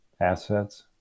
assets